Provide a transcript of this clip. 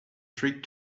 trick